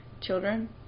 children